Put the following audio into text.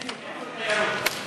תן לו את הירוק.